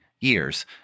years